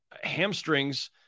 hamstrings